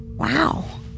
Wow